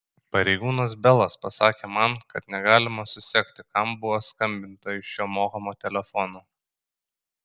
pareigūnas belas pasakė man kad negalima susekti kam buvo skambinta iš šio mokamo telefono